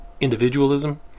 individualism